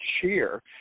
cheer